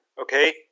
okay